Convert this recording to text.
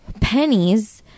pennies